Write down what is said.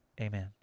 amen